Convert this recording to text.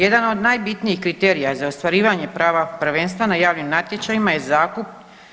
Jedan od najbitnijih kriterija za ostvarivanje prava prvenstva na javnim natječajima je zakup.